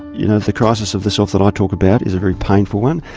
you know the crisis of the self that i talk about is a very painful one,